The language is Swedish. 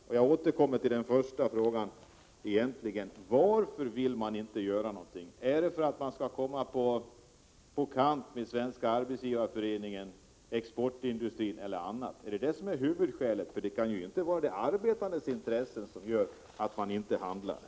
Jag vill återkomma till min första fråga: Varför vill regeringen inte göra något? Är det för att regeringen inte skall komma på kant med Svenska arbetsgivareföreningen, exportindustrin eller andra? Är det huvudskälet? Det kan ju inte vara de arbetandes intressen som gör att regeringen inte ingriper.